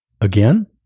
Again